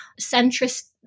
centrist